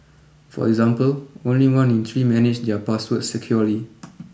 for example only one in three manage their passwords securely